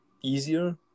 easier